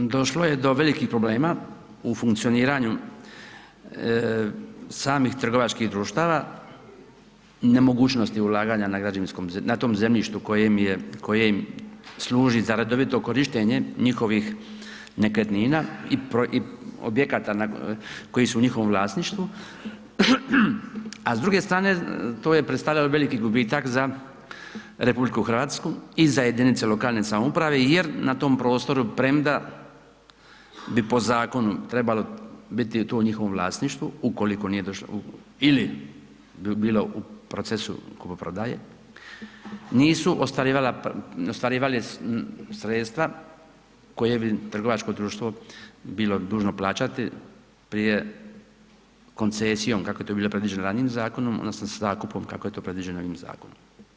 Iz tog razloga došlo je do velikih problema u funkcioniranju samih trgovačkih društava, nemogućnosti ulaganja na građevinskom, na tom zemljištu koje im služi za redovito korištenje njihovih nekretnina i objekata koji su u njihovom vlasništvu, a s druge strane, to je predstavljalo veliki gubitak za RH i za jedinice lokalne samouprave jer na tom prostoru, premda bi po zakonu trebalo biti to u njihovom vlasništvu, ukoliko nije došlo, ili bilo u procesu kupoprodaje, nisu ostvarivala, ostvarivali sredstva koje bi trgovačko društvo bilo dužno plaćati prije koncesijom, kako je to bilo predviđeno ranijim zakonom, odnosno zakupom, kako je to predviđeno novim zakonom.